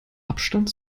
abstand